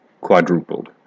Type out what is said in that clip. quadrupled